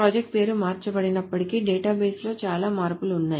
project పేరు మార్చబడినప్పటికీ డేటాబేస్లో చాలా మార్పులు ఉన్నాయి